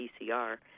PCR